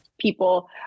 People